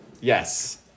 Yes